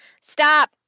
Stop